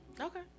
Okay